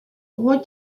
roi